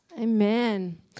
Amen